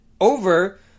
over